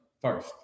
first